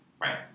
Right